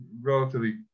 relatively